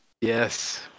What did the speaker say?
Yes